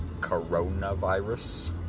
coronavirus